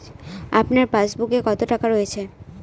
আপনার পাসবুকে কত টাকা রয়েছে?